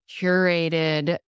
curated